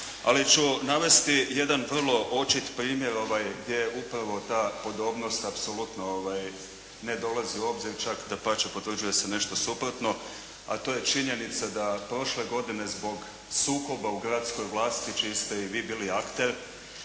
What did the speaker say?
Ali ću navesti jedan vrlo očit primjer gdje je upravo ta podobnost apsolutno ne dolazi u obzir, čak dapače, potvrđuje se nešto suprotno, a to je činjenica da prošle godine zbog sukoba u gradskoj vlasti čiji ste i vi bili akter